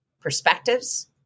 perspectives